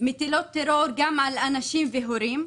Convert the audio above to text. מטילות טרור על אנשים והורים.